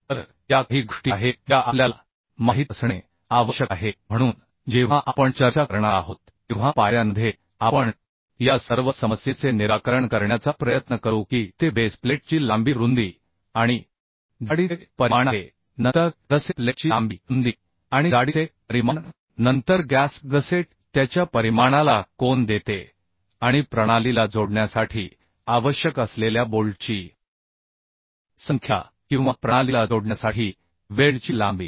तर या काही गोष्टी आहेत ज्या आपल्याला माहित असणे आवश्यक आहे म्हणून जेव्हा आपण चर्चा करणार आहोत तेव्हा पायऱ्यांमध्ये आपण या सर्व समस्येचे निराकरण करण्याचा प्रयत्न करू की ते बेस प्लेटची लांबी रुंदी आणि जाडीचे परिमाण आहे नंतर गसेट प्लेटची लांबी रुंदी आणि जाडीचे परिमाण नंतर गॅस गसेट त्याच्या परिमाणाला कोन देते आणि प्रणालीला जोडण्यासाठी आवश्यक असलेल्या बोल्टची संख्या किंवा प्रणालीला जोडण्यासाठी वेल्डची लांबी